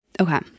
Okay